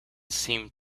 seemed